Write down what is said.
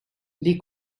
les